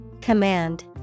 Command